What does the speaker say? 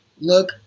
look